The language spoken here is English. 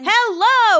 Hello